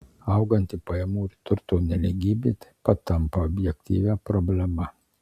auganti pajamų ir turto nelygybė taip pat tampa objektyvia problema